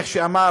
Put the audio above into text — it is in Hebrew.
כמו שאמר